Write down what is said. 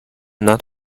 not